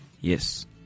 Yes